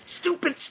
Stupid